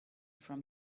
from